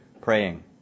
praying